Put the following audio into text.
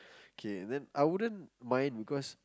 okay then I wouldn't mind because